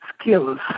skills